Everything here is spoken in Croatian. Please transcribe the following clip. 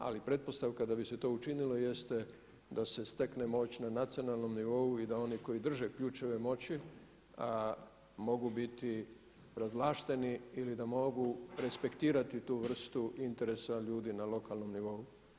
Ali pretpostavka da bi se to učinilo jest da se stekne moć na nacionalnom nivou i da oni koji drže ključeve moći mogu biti povlašteni ili da mogu respektirati tu vrstu interesa ljudi na lokalnom nivou.